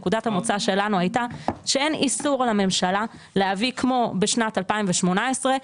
נקודת המוצא שלנו הייתה שאין איסור על הממשלה להביא כמו בשנת 2018,